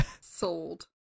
Sold